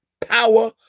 power